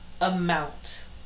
amount